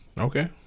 okay